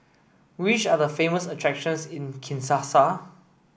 which are the famous attractions in Kinshasa